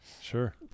sure